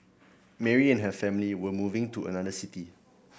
Mary and her family were moving to another city